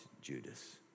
Judas